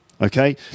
Okay